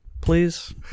please